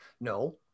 no